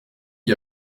n’y